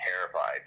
terrified